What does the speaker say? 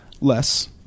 Less